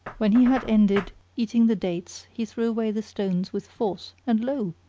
when he had ended eating the dates he threw away the stones with force and lo!